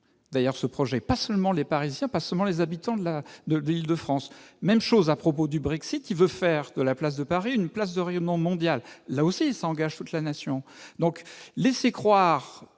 d'ailleurs, ce projet, pas seulement les Parisiens, pas seulement les habitants de la, de l'Île-de-France, même chose à propos du Brexit qui veut faire de la place de Paris, une place de rayonnement mondial là aussi s'engage toute la nation donc laisser croire